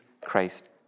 Christ